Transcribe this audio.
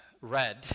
read